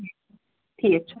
ٹھیٖک چھُ